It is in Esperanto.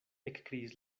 ekkriis